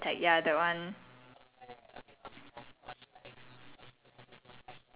ya ya the ya ya ya ya the four nations lived in harmony until the fire nation attacked ya that one